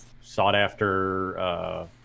sought-after